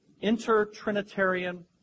inter-Trinitarian